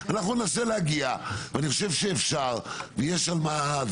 אנחנו ננסה להגיע ואני חושב שאפשר ויש על מה.